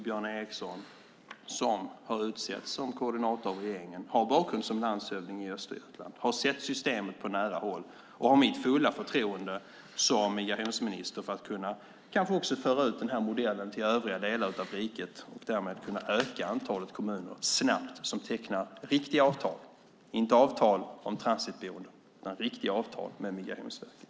Björn Eriksson, som av regeringen har utsetts som koordinator, har en bakgrund som landshövding i Östergötland. Han har sett systemet på nära håll och han har mitt fulla förtroende när det gäller att föra ut modellen till övriga delar av riket så att man snabbt ökar antalet kommuner som tecknar avtal - riktiga avtal, inte avtal om transitboende - med Migrationsverket.